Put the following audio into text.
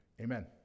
Amen